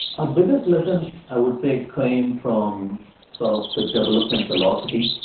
ah biggest lessons i would say came from sort of the development philosophy.